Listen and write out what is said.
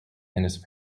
his